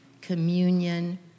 communion